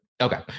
Okay